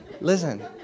listen